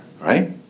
right